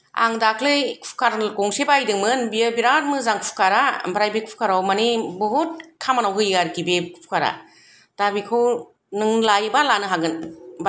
आं दाखलै कुकार गंसे बायदोंमोन बेयो बिरात मोजां कुकारा ओमफ्राय बे कुकाराव मानि बुहुत खामानियाव होयो आरो खि बे कुकारा दा बेखौ नों लायोबा लानो हागोन